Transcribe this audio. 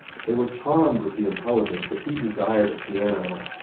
they were charmed with the intelligence that he desired a piano,